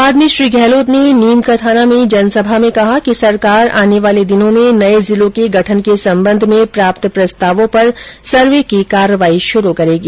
बाद में श्री गहलोत ने नीम का थाना में जनसभा में कहा कि सरकार आने वाले दिनों में नये जिलों के गठन के संबंध में प्राप्त प्रस्तावों पर सर्वे की कार्यवाही शुरू करेगी